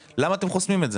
למה אתם חוסמים את זה?